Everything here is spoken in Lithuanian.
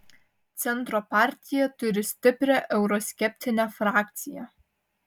centro partija turi stiprią euroskeptinę frakciją